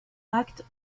acte